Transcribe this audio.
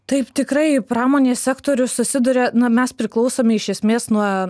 taip tikrai pramonės sektorius susiduria na mes priklausome iš esmės nuo